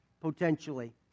potentially